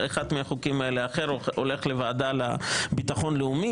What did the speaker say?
פעם לוועדה לביטחון לאומי.